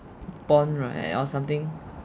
bond right or something